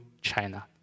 China